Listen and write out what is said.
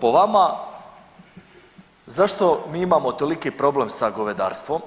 Po vama zašto mi imamo toliki problem sa govedarstvom